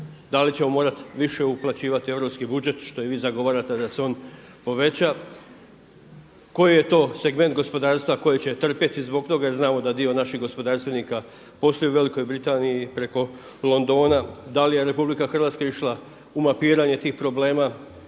Da li ćemo morati više uplaćivati europski budžet što i vi zagovarate da se on poveća? Koji je to segment gospodarstva koji će trpjeti zbog toga jer znamo da dio naših gospodarstvenika posluju u Velikoj Britaniji preko Londona? Da li je RH išla u mapiranje tih problem?